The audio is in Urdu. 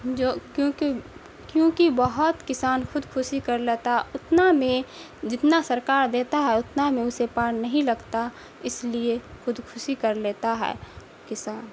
جو کیونکہ کیونکہ بہت کسان خود کشی کر لیتا اتنا میں جتنا سرکار دیتا ہے اتنا میں اسے پار نہیں لگتا اس لیے خود کشی کر لیتا ہے کسان